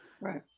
right